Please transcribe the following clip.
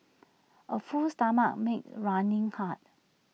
A full stomach makes running hard